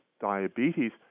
diabetes